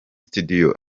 studio